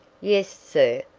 yes, sir,